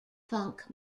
funk